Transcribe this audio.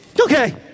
Okay